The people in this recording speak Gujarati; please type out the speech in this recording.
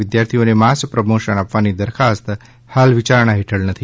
વિદ્યાર્થીઓને માસ પ્રમોશન આપવાની દરખાસ્ત હાલ વિચારણા ફેઠળ નથી